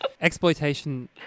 exploitation